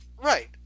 Right